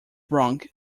wrong